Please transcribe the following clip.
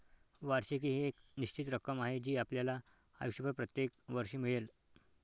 वार्षिकी ही एक निश्चित रक्कम आहे जी आपल्याला आयुष्यभर प्रत्येक वर्षी मिळेल